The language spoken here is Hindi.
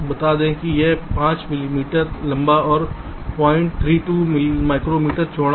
बता दें कि यह 5 मिलीमीटर लंबा और 032 माइक्रोमीटर चौड़ा है